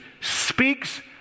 speaks